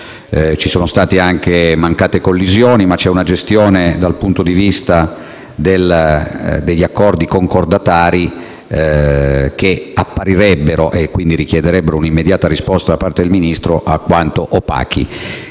Ci sono state anche mancate collisioni ma c'è una gestione, dal punto di vista degli accordi concordatari che apparirebbero - e ciò rende necessaria una immediata risposta da parte del Ministro - alquanto opachi.